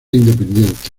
independiente